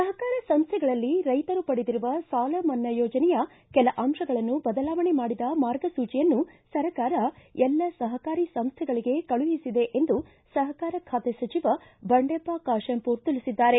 ಸಹಕಾರ ಸಂಸ್ಥೆಗಳಲ್ಲಿ ರೈತರು ಪಡೆದಿರುವ ಸಾಲಮನ್ನಾ ಯೋಜನೆಯ ಕೆಲ ಅಂಶಗಳನ್ನು ಬದಲಾವಣೆ ಮಾಡಿದ ಮಾರ್ಗಸೂಚಿಯನ್ನು ಸರ್ಕಾರ ಎಲ್ಲಾ ಸಹಕಾರಿ ಸಂಸ್ಥೆಗಳಿಗೆ ಕಳುಹಿಸಿದೆ ಎಂದು ಸಹಕಾರ ಖಾತೆ ಸಚಿವ ಬಂಡೆಪ್ಪ ಕಾಶೆಂಪೂರ ತಿಳಿಸಿದ್ದಾರೆ